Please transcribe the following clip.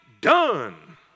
done